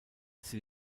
sie